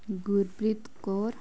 Gurpreet Kaur